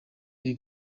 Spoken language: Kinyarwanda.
iri